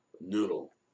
noodle